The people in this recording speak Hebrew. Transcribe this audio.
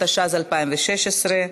התשע"ז 2016,